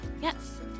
Yes